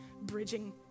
bridging